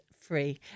free